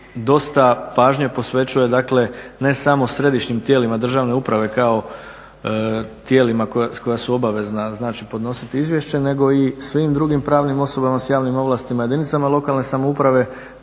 dosta pažnje posvećuje ne samo središnjim tijelima državne uprave kao tijelima koja su obavezan podnositi izvješće nego i svim drugim pravnim osobama s javnim ovlastima, jedinice lokalne samouprave